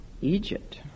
Egypt